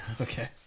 Okay